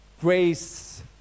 Grace